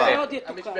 זה עוד יתוקן.